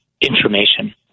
information